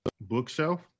bookshelf